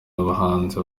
abahanzi